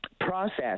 process